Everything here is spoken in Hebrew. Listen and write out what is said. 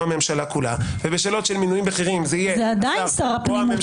הממשלה כולה ובשאלות של מינויים בכירים- -- זה עדיין שר הפנים.